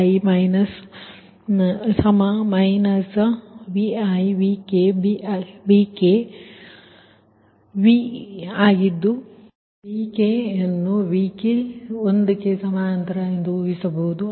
|Vk| ಅನ್ನು |Vk|≈1ಎಂದು ಊಹಿಸಬಹುದು